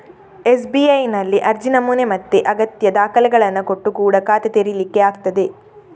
ಎಸ್.ಬಿ.ಐನಲ್ಲಿ ಅರ್ಜಿ ನಮೂನೆ ಮತ್ತೆ ಅಗತ್ಯ ದಾಖಲೆಗಳನ್ನ ಕೊಟ್ಟು ಕೂಡಾ ಖಾತೆ ತೆರೀಲಿಕ್ಕೆ ಆಗ್ತದೆ